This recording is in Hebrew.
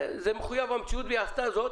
זה מחויב המציאות והיא עשתה זאת,